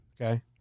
Okay